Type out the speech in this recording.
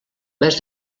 mes